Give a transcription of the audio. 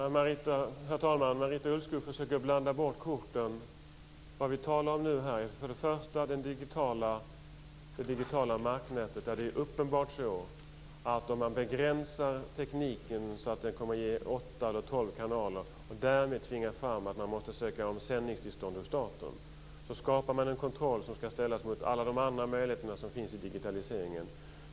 Herr talman! Marita Ulvskog försöker blanda bort korten. Vad vi talar om här är för det första det digitala marknätet. Begränsar man tekniken så att det blir åtta eller tolv kanaler och därigenom tvingar fram att sändningstillstånd måste sökas hos staten skapar man en kontroll. Denna kontroll skall ställas mot alla de andra möjligheterna som finns i digitaliseringen.